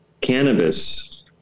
Cannabis